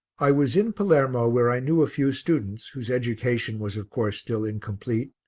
i was in palermo where i knew a few students, whose education was of course still incomplete,